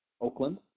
Oakland